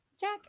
Jack